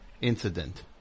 incident